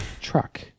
truck